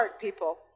people